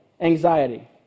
Anxiety